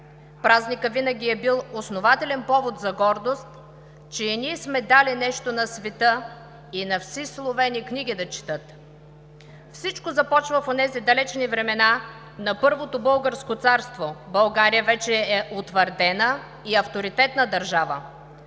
Празникът винаги е бил основателен повод за гордост, че „и ний сме дали нещо на светът и на вси Словене книги да четът“. Всичко започва в онези далечни времена на първото българско царство. България вече е утвърдена и авторитетна държава.